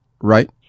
right